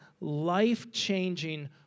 life-changing